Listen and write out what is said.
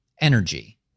energy